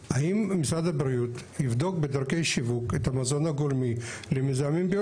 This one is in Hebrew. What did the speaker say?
יבוא "בסמל ייצור נאות" והמילים "ובלי